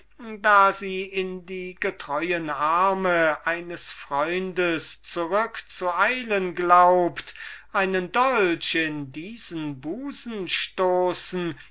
da sie in die getreue arme eines freundes zurück zu eilen glaubt einen dolch in diesen busen stoßen